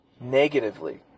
negatively